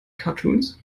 cartoons